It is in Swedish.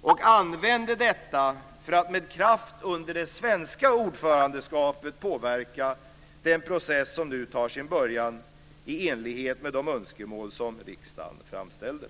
och använde detta för att med kraft under det svenska ordförandeskapet påverka den process som nu tar sin början i enlighet med de önskemål som riksdagen framställde.